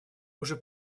уже